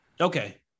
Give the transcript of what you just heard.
Okay